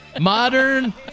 modern